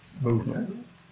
movement